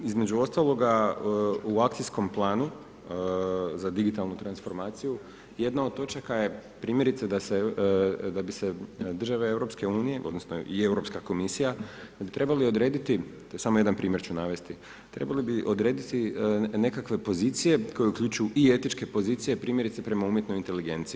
Između ostaloga u akcijskom planu, za digitalnu transformaciju, jedna od točaka, je, primjerice da bi se države EU, odnosno, i Europska komisija da bi trebali odrediti, samo jedan primjer ću navesti, trebali bi odrediti i nekakve pozicije koje uključuju i etičke pozicije, primjerice prema umjetnoj inteligenciji.